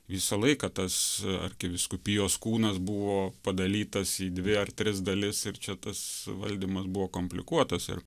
visą laiką tas arkivyskupijos kūnas buvo padalytas į dvi ar tris dalis ir čia tas valdymas buvo komplikuotas ir